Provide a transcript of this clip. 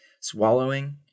Swallowing